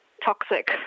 toxic